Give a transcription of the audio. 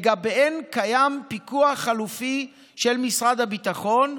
ולגביהן קיים פיקוח חלופי של משרד הביטחון,